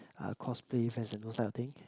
uh cosplay events and those type of thing